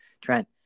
Trent